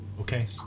Okay